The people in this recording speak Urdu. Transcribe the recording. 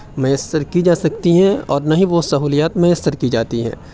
میسر کی جا سکتی ہیں اور نہ ہی وہ سہولیات میسر کی جاتی ہیں